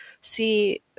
See